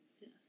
Yes